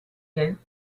you